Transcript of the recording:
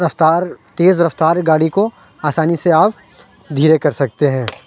رفتار تیز رفتار گاڑی کو آسانی سے آپ دھیرے کر سکتے ہیں